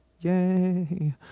Yay